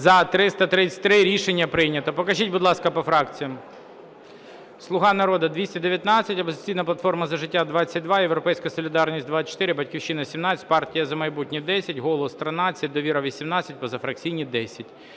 За-333 Рішення прийнято. Покажіть, будь ласка, по фракціях.